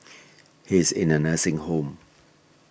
he is in a nursing home